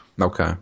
Okay